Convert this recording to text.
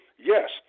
Yes